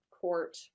court